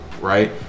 right